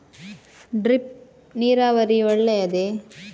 Drip ನೀರಾವರಿ ಒಳ್ಳೆಯದೇ?